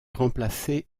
remplacé